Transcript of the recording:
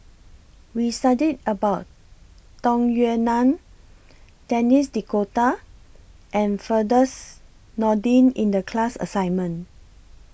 We studied about Tung Yue Nang Denis D'Cotta and Firdaus Nordin in The class assignment